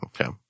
Okay